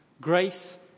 grace